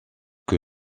que